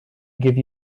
give